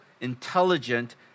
intelligent